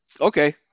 okay